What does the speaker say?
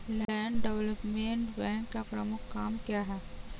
Land development bank का प्रमुख काम क्या है?